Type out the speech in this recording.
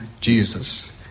Jesus